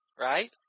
right